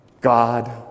God